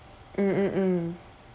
mm mm mm